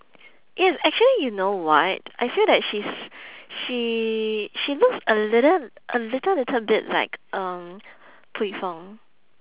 eh actually you know what I feel that she's she she looks a little a little little bit like um pui fong